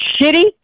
shitty